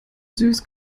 süß